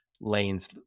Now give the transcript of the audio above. lanes